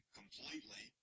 completely